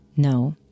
No